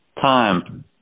time